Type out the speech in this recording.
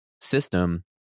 system